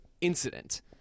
incident